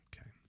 Okay